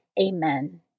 Amen